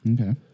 Okay